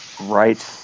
Right